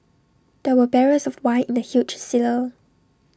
there were barrels of wine in the huge cellar